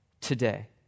today